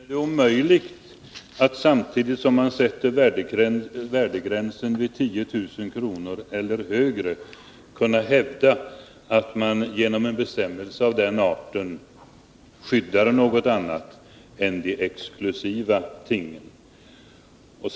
Herr talman! Jag finner det omöjligt att samtidigt som man sätter värdegränsen vid 10 000 kr. eller högre kunna hävda att man genom en bestämmelse av den arten skyddar något annat än de exklusiva tingen.